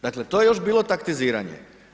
Dakle, to je još bilo taktiziranje.